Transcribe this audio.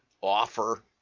offer